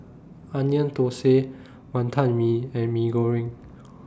Onion Thosai Wantan Mee and Mee Goreng